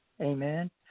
Amen